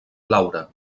laura